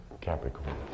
Capricorn